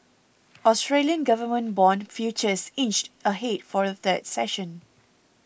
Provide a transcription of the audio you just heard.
Australian government bond futures inched ahead for a third session